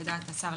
לדעת השר,